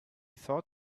thought